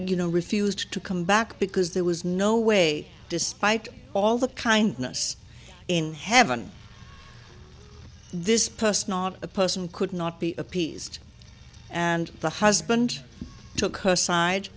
you know refused to come back because there was no way despite all the kindness in heaven this person not a person could not be appeased and the husband took